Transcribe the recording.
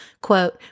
quote